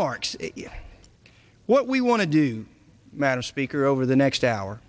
marks what we want to do matter speaker over the next hour